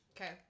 Okay